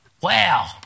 Wow